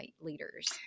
leaders